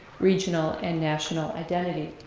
regional, and national identity.